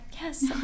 Yes